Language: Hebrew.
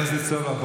חבר הכנסת סובה,